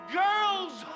girls